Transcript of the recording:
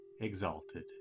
exalted